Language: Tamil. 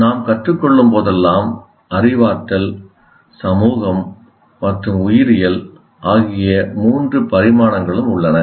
நாம் கற்றுக் கொள்ளும் போதெல்லாம் அறிவாற்றல் சமூகம் மற்றும் உயிரியல் ஆகிய மூன்று பரிமாணங்களும் உள்ளன